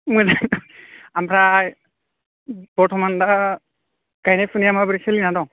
मोजां आमफ्राय बरथ'मान दा गायनाय फुनाया माबोरै सोलिनानै दं